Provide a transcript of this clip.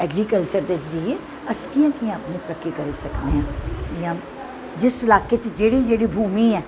agriculture दे जरिये अस कियां कियां अपनी तरक्की करी सकने आं जियां जिस लाह्के च जेह्ड़ी जेह्ड़ा भूमी ऐ